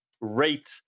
rate